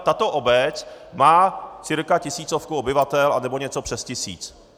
Tato obec má cca tisíc obyvatel, nebo něco přes tisíc.